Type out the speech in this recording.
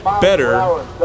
better